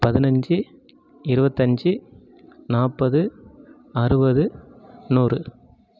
பதினஞ்சு இருபத்தஞ்சி நாற்பது அறுபது நூறு